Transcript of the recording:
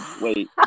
Wait